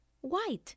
white